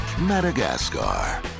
Madagascar